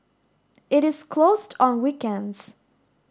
it is closed on weekends